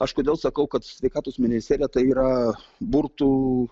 aš kodėl sakau kad sveikatos ministerija tai yra burtų